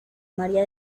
maría